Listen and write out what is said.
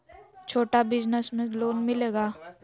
छोटा बिजनस में लोन मिलेगा?